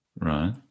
Right